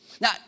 Now